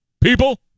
People